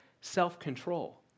self-control